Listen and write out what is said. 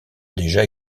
déjà